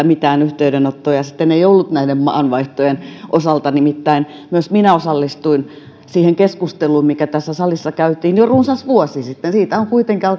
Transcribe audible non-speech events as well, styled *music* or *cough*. *unintelligible* mitään yhteydenottoja sitten ei ollut näiden maanvaihtojen osalta nimittäin myös minä osallistuin siihen keskusteluun mikä tässä salissa käytiin jo runsas vuosi sitten siitä kuitenkin *unintelligible*